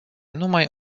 numai